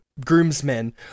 groomsmen